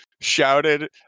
shouted